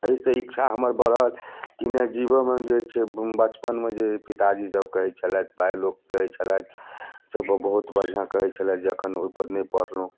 एहिसँ इच्छा हमर बढ़ल कि नहि जीवनमे जे छै बचपनमे जे पिताजी जब कहै छलथि भाय लोक कहै छलथि सभ बहुत बढ़िआँ कहै छलथि जे एखन ओहिपर नहि पढ़लहुँ